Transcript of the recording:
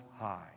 High